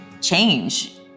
change